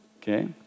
okay